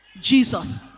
Jesus